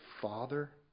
Father